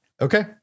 Okay